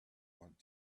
want